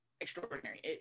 extraordinary